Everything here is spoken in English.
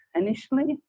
initially